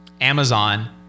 Amazon